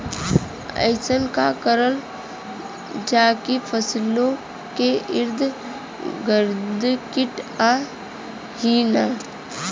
अइसन का करल जाकि फसलों के ईद गिर्द कीट आएं ही न?